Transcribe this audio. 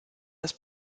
das